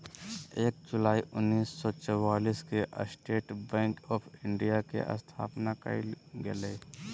एक जुलाई उन्नीस सौ चौआलिस के स्टेट बैंक आफ़ इंडिया के स्थापना कइल गेलय